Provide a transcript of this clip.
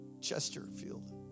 Chesterfield